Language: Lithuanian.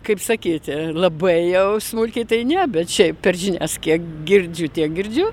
kaip sakyti labai jau smulkiai tai ne bet šiaip per žinias kiek girdžiu tiek girdžiu